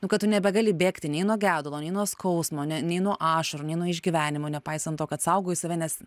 nu kad tu nebegali bėgti nei nuo gedulo nei nuo skausmo ne nei nuo ašarų nei nuo išgyvenimų nepaisant to kad saugojai save nes